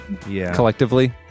collectively